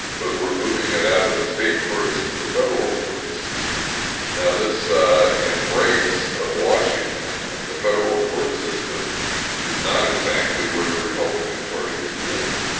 but we're moving it out of the state courts to the federal courts now, this embrace of washington and the federal court system is not exactly where the republican party has been.